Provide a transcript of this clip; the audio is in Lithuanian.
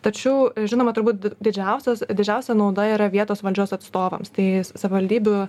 tačiau žinoma turbūt didžiausios didžiausia nauda yra vietos valdžios atstovams tai savivaldybių